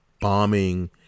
bombing